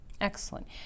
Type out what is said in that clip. Excellent